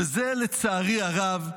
ולצערי הרב,